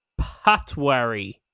Patwari